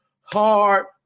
hard